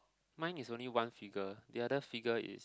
mine is only one figure the other figure is